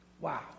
Wow